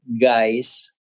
guy's